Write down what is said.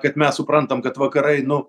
kaid mes suprantam kad vakarai nu